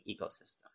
ecosystem